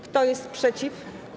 Kto jest przeciw?